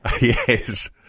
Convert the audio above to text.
Yes